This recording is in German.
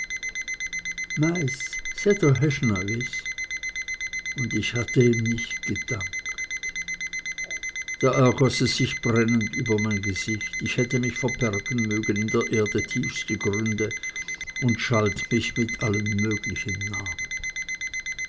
und ich hatte ihm nicht gedankt da ergoß es sich brennend über mein gesicht ich hätte mich verbergen mögen in der erde tiefste gründe und schalt mich mit allen möglichen namen